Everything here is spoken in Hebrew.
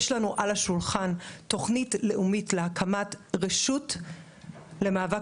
שיש לנו על השולחן תוכנית לאומית להקמת רשות למאבק